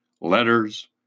letters